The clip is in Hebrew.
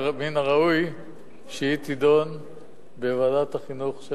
ומן הראוי שהיא תידון בוועדת החינוך של